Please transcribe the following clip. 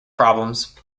problems